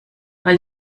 weil